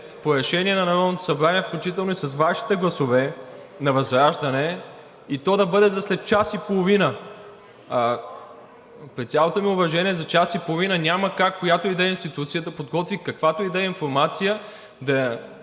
по решение на Народното събрание, включително и с Вашите гласове – на ВЪЗРАЖДАНЕ, и то да бъде за след час и половина. При цялото ми уважение, за час и половина няма как която и да е институция да подготви каквато и да е информация,